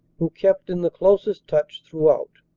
who kept in the closest touch throughout,